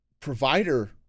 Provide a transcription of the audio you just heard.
Provider